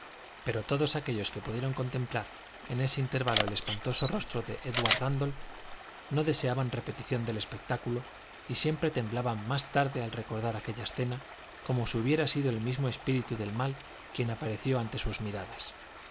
pero todos aquellos que pudieron contemplar en ese breve intervalo el espantoso rostro de édward rándolph no deseaban repetición del espectáculo y siempre temblaban más tarde al recordar aquella escena como si hubiera sido el mismo espíritu del mal quien apareció ante sus miradas